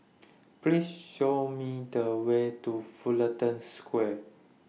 Please Show Me The Way to Fullerton Square